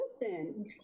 listen